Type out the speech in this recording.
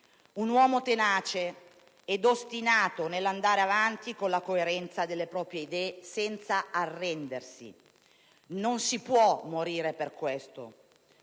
un uomo tenace ed ostinato nell'andare avanti con la coerenza delle proprie idee senza arrendersi. Non si può morire per questo.